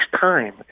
time